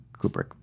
Kubrick